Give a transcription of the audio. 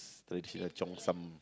the the cheongsam